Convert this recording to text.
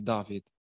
David